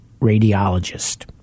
radiologist